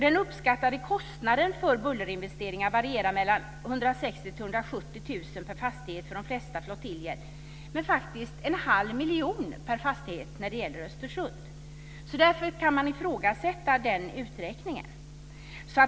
Den uppskattade kostnaden för bullerinvesteringar varierar mellan 160 000 och 170 000 per fastighet för de flesta flottiljer. Men den kan uppgå till en halv miljon per fastighet i Östersund. Därför kan man ifrågasätta den uträkningen.